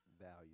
value